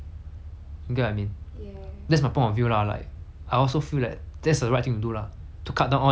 I also feel that that's the right thing to do lah to cut down all the expenses as much as possible